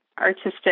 artistic